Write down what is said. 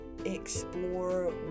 explore